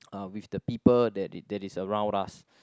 uh with the people that that is around us